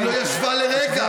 היא לא ישבה לרגע.